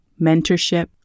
mentorship